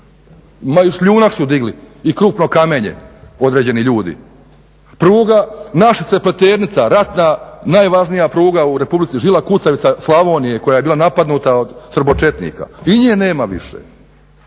ma i šljunak su digli i krupno kamenje određeni ljudi. Pruga Našice-Pleternica, ratna najvažnija pruga u Republici, žila kucavica Slavonije koja je bila napadnuta od srbočetnika i nje nema više